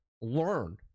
learn